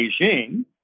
Beijing